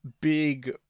big